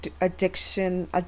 Addiction